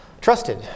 trusted